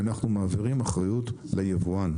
אנחנו מעבירים אחריות ליבואן.